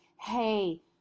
hey